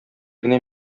генә